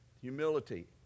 humility